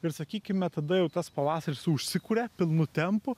ir sakykime tada jau tas pavasaris užsikuria pilnu tempu